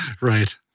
Right